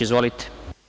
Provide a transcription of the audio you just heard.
Izvolite.